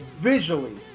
visually